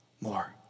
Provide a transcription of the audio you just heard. more